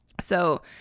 So-